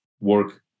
work